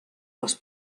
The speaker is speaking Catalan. les